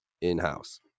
in-house